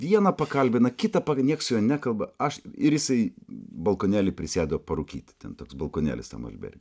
vieną pakalbina kitą pa nieks su juo nekalba aš ir jisai balkonėly prisėdo parūkyt ten toks balkonėlis tam alberge